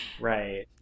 right